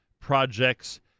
projects